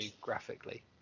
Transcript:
graphically